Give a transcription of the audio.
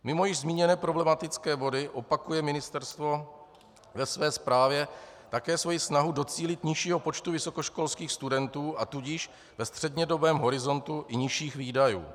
Mimo již zmíněné problematické body opakuje ministerstvo ve své zprávě také svoji snahu docílit nižšího počtu vysokoškolských studentů, a tudíž ve střednědobém horizontu i nižších výdajů.